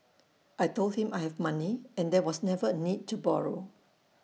I Told him I have money and there was never A need to borrow